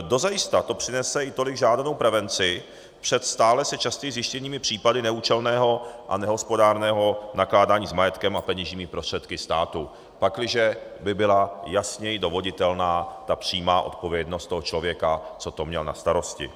Dozajista to přinese i tolik žádanou prevenci před stále častěji zjištěnými případy neúčelného a nehospodárného nakládání s majetkem a peněžními prostředky státu, pakliže by byla jasněji dovoditelná přímá odpovědnost toho člověka, co to měl na starosti.